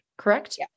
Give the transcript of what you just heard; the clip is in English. correct